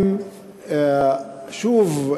שוב,